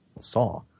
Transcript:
saw